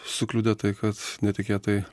sukliudė tai kad netikėtai